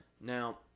Now